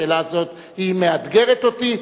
השאלה הזאת מאתגרת אותי,